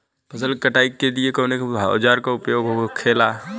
फसल की कटाई के लिए कवने औजार को उपयोग हो खेला?